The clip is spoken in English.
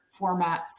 formats